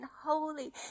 holy